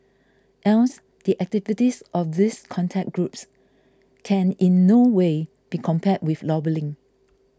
hence the activities of these contact groups can in no way be compared with lobbying